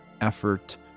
effort